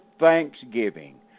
thanksgiving